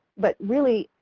but really,